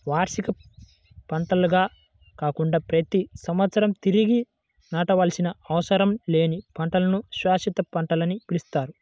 వార్షిక పంటల్లాగా కాకుండా ప్రతి సంవత్సరం తిరిగి నాటవలసిన అవసరం లేని పంటలను శాశ్వత పంటలని పిలుస్తారు